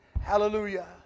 Hallelujah